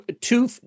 two